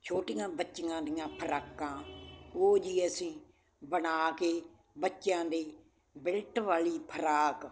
ਛੋਟੀਆਂ ਬੱਚੀਆਂ ਦੀਆਂ ਫਰਾਕਾਂ ਉਹ ਜੀ ਅਸੀਂ ਬਣਾ ਕੇ ਬੱਚਿਆਂ ਦੀ ਬਿਲਟ ਵਾਲੀ ਫਰਾਕ